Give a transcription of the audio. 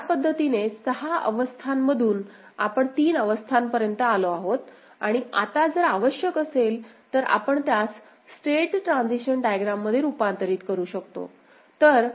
तर या पद्धतीने सहा अवस्थांमधून आपण तीन अवस्थांपर्यंत आलो आहोत आणि आता जर आवश्यक असेल तर आपण त्यास स्टेट ट्रान्झिशन डायग्रॅम मध्ये रूपांतरित करू शकतो